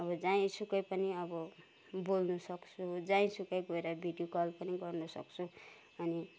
अब जहाँसुकै पनि अब बोल्नुसक्छु जहाँसुकै गएर भिडियो कल पनि गर्नुसक्छु अनि